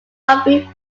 aubrey